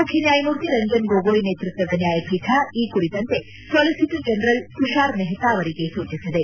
ಮುಖ್ಯ ನ್ವಾಯಮೂರ್ತಿ ರಂಜನ್ ಗೊಗೋಯ್ ನೇತೃತ್ವದ ನ್ಯಾಯಪೀಠ ಈ ಕುರಿತಂತೆ ಸಾಲಿಸಿಟರ್ ಜನರಲ್ ತುಷಾರ್ ಮೆಹ್ತಾ ಅವರಿಗೆ ಸೂಚಿಸಿದೆ